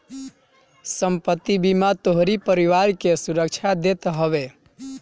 संपत्ति बीमा तोहरी परिवार के सुरक्षा देत हवे